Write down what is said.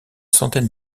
centaine